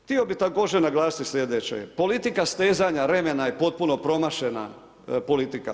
Htio bih također naglasiti sljedeće, politika stezanja remena je potpuno promašena politika.